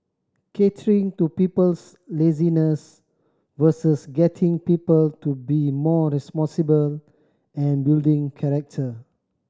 catering to people's laziness versus getting people to be more responsible and building character